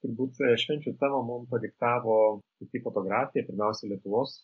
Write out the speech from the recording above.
turbūt švenčių temą mum padiktavo pati fotografija pirmiausia lietuvos